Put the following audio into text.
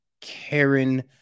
Karen